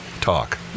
talk